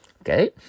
Okay